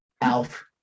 Alf